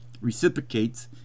reciprocates